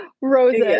roses